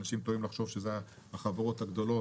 אנשים טועים לחשוב שזה החברות הגדולות,